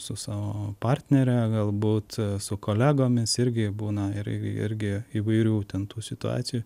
su savo partnere galbūt su kolegomis irgi būna ir irgi įvairių ten tų situacijų